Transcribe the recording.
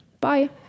Bye